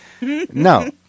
No